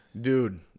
Dude